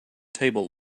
table